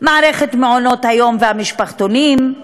מערכת מעונות-היום והמשפחתונים,